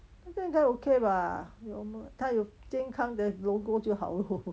应该 okay bah normal 它有健康的 logo 就好 lor